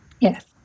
Yes